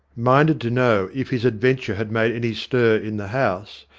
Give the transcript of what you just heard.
minded to know if his adventure had made any stir in the house,